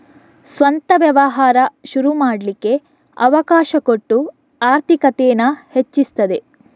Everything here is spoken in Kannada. ಸ್ವಂತ ವ್ಯವಹಾರ ಶುರು ಮಾಡ್ಲಿಕ್ಕೆ ಅವಕಾಶ ಕೊಟ್ಟು ಆರ್ಥಿಕತೇನ ಹೆಚ್ಚಿಸ್ತದೆ